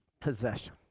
possession